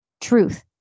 Truth